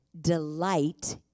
Delight